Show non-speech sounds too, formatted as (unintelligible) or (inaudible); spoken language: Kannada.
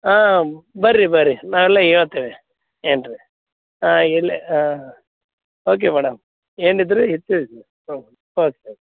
ಹಾಂ ಬನ್ರಿ ಬನ್ರಿ ನಾವೆಲ್ಲ ಹೇಳ್ತೇವೆ ಏನು ರೀ ಹಾಂ ಇಲ್ಲಿ ಹಾಂ ಓಕೆ ಮೇಡಮ್ ಏನಿದ್ದರೂ (unintelligible) ಓಕ್ ಓಕೆ ಓಕೆ